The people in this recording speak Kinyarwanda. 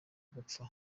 gupfa